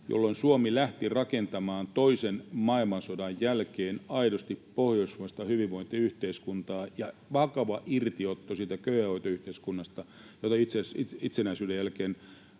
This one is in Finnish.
jolloin Suomi lähti rakentamaan toisen maailmansodan jälkeen aidosti pohjoismaista hyvinvointiyhteiskuntaa. Se oli vakava irtiotto siitä köyhäinhoitoyhteiskunnasta, jota itse asiassa itsenäisyyden jälkeen